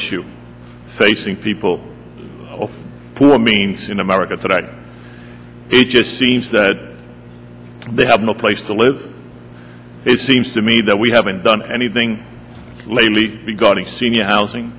issue facing people of poor means in america today they just seems that they have no place to live it seems to me that we haven't done anything lately be guarding senior housing